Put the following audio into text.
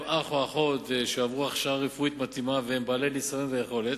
אח או אחות שעברו הכשרה רפואית מתאימה והם בעלי ניסיון ויכולת,